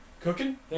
cooking